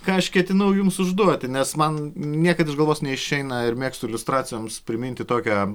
ką aš ketinau jums užduoti nes man niekad iš galvos neišeina ir mėgstu iliustracijoms priminti tokią